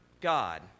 God